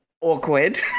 awkward